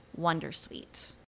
Wondersuite